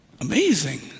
Amazing